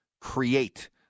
create